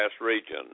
region